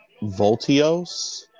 Voltios